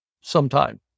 sometime